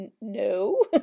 no